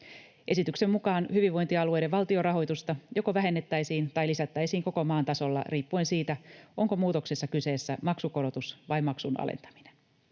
Esityksen mukaan hyvinvointialueiden valtionrahoitusta joko vähennettäisiin tai lisättäisiin koko maan tasolla riippuen siitä, onko muutoksessa kyseessä maksukorotus vai maksun alentaminen.